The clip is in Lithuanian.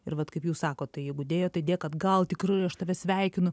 ir vat kaip jūs sakot tai jeigu dėjo tai dėk atgal tikrai aš tave sveikinu